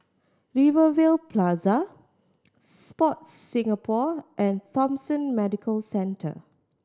Rivervale Plaza Sport Singapore and Thomson Medical Centre